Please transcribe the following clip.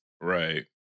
Right